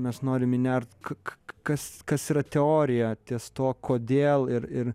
mes norim įnert ka ka kas kas yra teoriją ties tuo kodėl ir ir